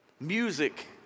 Music